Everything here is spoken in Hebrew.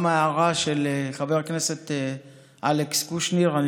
גם את ההערה של חבר הכנסת אלכס קושניר אני